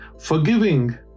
forgiving